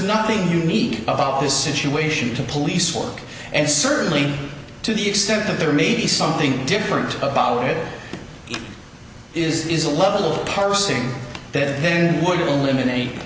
nothing unique about this situation to police work and certainly to the extent that there may be something different about it is a level parsing that then would eliminate